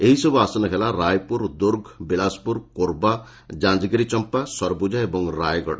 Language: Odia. ଏହିସବୁ ଆସନ ହେଲା ରାୟପୁର ଦୁର୍ଗ ବିଳାସପୁର କୋର୍ବା ଯାଞ୍ଚଗିରି ଚମ୍ପା ସରବୁଜା ଓ ରାୟଗଡ଼